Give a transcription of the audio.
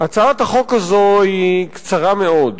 הצעת החוק הזו היא קצרה מאוד.